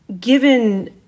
given